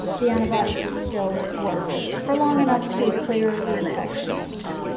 the antibodies would still work for long enough to clear the infection, let's say.